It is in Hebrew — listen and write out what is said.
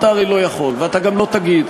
אתה הרי לא יכול ואתה גם לא תגיד,